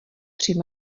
při